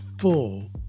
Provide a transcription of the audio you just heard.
full